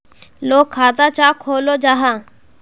लोग खाता चाँ खोलो जाहा?